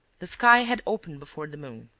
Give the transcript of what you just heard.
the sky had opened before the moon.